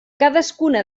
cadascuna